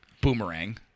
Boomerang